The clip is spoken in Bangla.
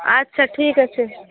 আচ্ছা ঠিক আছে